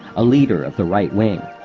a leader of the right wing.